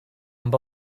amb